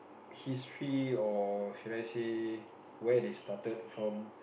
history of lets say where they started from